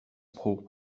pro